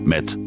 Met